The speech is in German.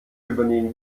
übernehmen